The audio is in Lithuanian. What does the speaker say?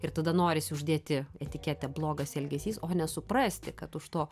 ir tada norisi uždėti etiketę blogas elgesys o nesuprasti kad už to